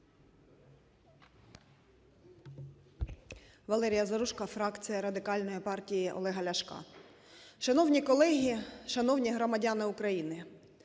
Валерія Заружко, фракція Радикальної партії Олега Ляшка. Шановні колеги, шановні громадяни України,